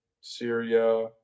Syria